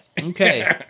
okay